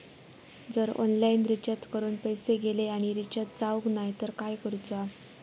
जर online recharge करून पैसे गेले आणि रिचार्ज जावक नाय तर काय करूचा?